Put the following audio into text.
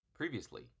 previously